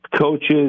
coaches